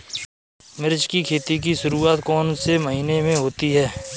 मिर्च की खेती की शुरूआत कौन से महीने में होती है?